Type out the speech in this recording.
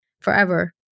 forever